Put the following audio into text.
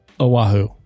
Oahu